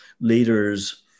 leaders